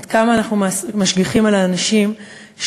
עד כמה אנחנו משגיחים על האנשים שבאים